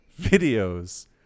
videos